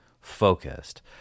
focused